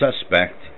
suspect